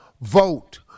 vote